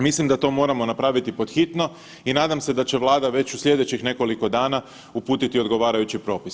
Mislim da to moramo napraviti pod hitno i nadam se da će Vlada već u slijedećih nekoliko dana uputiti odgovarajući propis.